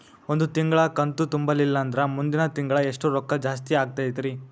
ಒಂದು ತಿಂಗಳಾ ಕಂತು ತುಂಬಲಿಲ್ಲಂದ್ರ ಮುಂದಿನ ತಿಂಗಳಾ ಎಷ್ಟ ರೊಕ್ಕ ಜಾಸ್ತಿ ಆಗತೈತ್ರಿ?